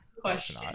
Question